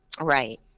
Right